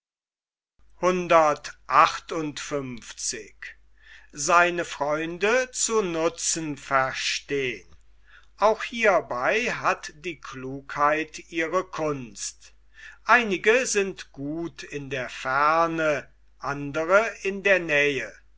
auch hiebei hat die klugheit ihre kunst einige sind gut in der ferne andre in der nähe